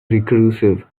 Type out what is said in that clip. recursive